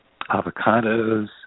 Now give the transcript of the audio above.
avocados